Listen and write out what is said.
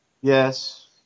Yes